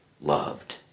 loved